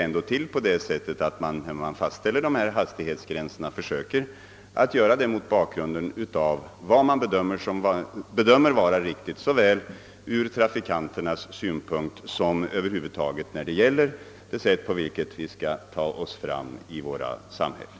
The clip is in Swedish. Man försöker fastställa dessa hastighetsgränser mot bakgrunden av vad man bedömer vara riktigt från trafikanternas synpunkt, med tanke på att vi skall ta oss fram trafiksäkert i våra samhällen.